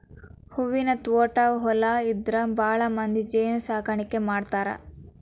ಹೂವಿನ ತ್ವಾಟಾ ಹೊಲಾ ಇದ್ದಾರ ಭಾಳಮಂದಿ ಜೇನ ಸಾಕಾಣಿಕೆ ಮಾಡ್ತಾರ